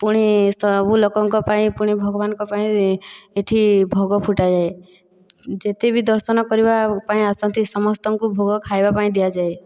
ପୁଣି ସବୁ ଲୋକଙ୍କ ପାଇଁ ପୁଣି ଭଗବାନଙ୍କ ପାଇଁ ଏଠି ଭୋଗ ଫୁଟାଯାଏ ଯେତେ ବି ଦର୍ଶନ କରିବା ପାଇଁ ଆସନ୍ତି ସମସ୍ତଙ୍କୁ ଭୋଗ ଖାଇବା ପାଇଁ ଦିଆଯାଏ